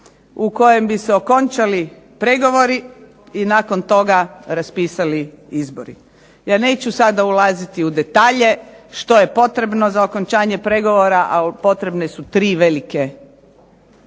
u kojem bi se okončali pregovori i nakon toga raspisali izbori. Ja neću sada ulaziti u detalje što je potrebno za okončanje pregovora, ali potrebne su tri velike